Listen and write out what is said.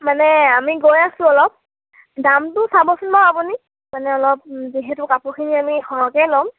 মানে আমি গৈ আছোঁ অলপ দামটো চাবচোন বাৰু আপুনি মানে অলপ যিহেতু কাপোৰখিনি আমি সৰহকৈয়ে ল'ম